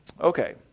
Okay